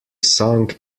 sung